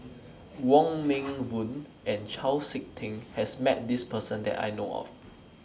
Wong Meng Voon and Chau Sik Ting has Met This Person that I know of